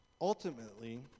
Ultimately